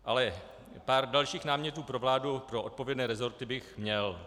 Ale pár dalších námětů pro vládu, pro odpovědné resorty, bych měl.